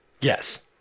Yes